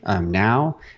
now